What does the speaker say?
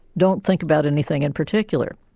don't think about anything in particular.